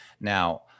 now